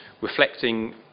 reflecting